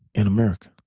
in america.